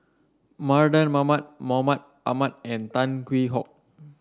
Mardan Mamat Mahmud Ahmad and Tan Hwee Hock